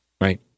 Right